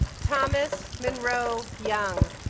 thomas munro young